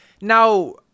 Now